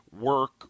work